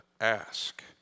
ask